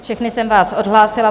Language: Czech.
Všechny jsem vás odhlásila.